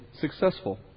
successful